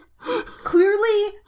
clearly